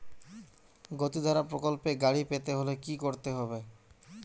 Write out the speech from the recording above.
গতিধারা প্রকল্পে গাড়ি পেতে হলে কি করতে হবে?